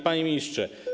Panie Ministrze!